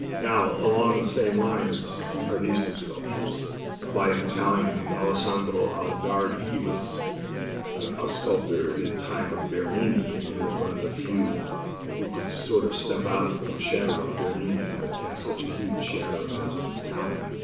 now, along the same line are these two sculptures by an italian named alessandro algardi. he was a ah sculptor in the time of bernini. and he was one of the few who could sort of step out from the shadow of bernini, who had cast such a huge shadow in terms of his talent.